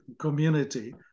community